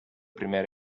primer